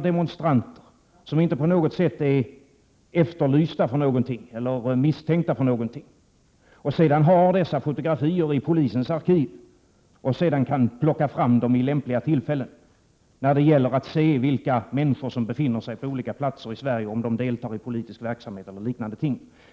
demonstranter som inte är efterlysta eller misstänkta för något, och sedan behåller dessa fotografier i polisens arkiv, varifrån man kan plocka fram dem vid lämpliga tillfällen, när det gäller att se vilka människor som befinner sig på olika platser i Sverige och om de deltar i politisk verksamhet eller liknande ting.